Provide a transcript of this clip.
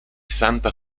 santa